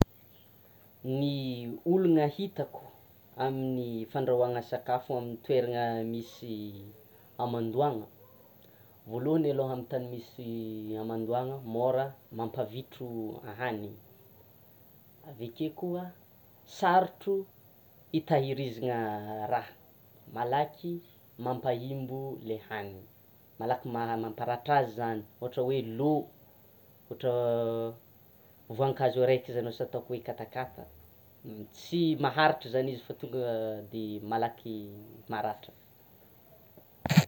Ny olana hitako amin'ny fandrahoana sakafo amin'ny toerana misy hamandoana, voalohany aloha amin'ny tany misy hamandoana mora mampavitro ahanina, avakeo koa sarotro hitahirizana raha, malaky mampahimbo ilay hanina, malaky mamparatra azy zany; ohatra hoe lô, ohatra voankazo araiky zany asa ataoko hoe katakata tsy maharitra zany izy fa tonga de malaky maratra.